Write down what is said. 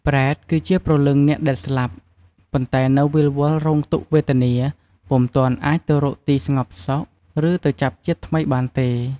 ប្រេត គឺជាព្រលឹងអ្នកដែលស្លាប់ ប៉ុន្តែនៅវិលវល់រងទុក្ខវេទនា ពុំទាន់អាចទៅរកទីស្ងប់សុខ ឬទៅចាប់ជាតិថ្មីបានទេ។